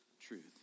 truth